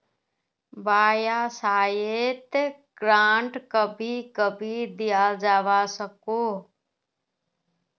वाय्सायेत ग्रांट कभी कभी दियाल जवा सकोह